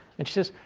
and she says,